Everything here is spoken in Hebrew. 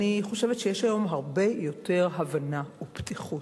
אני חושבת שיש היום הרבה יותר הבנה ופתיחות,